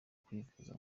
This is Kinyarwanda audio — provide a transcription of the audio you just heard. kwivuza